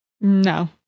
No